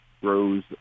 grows